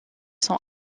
sont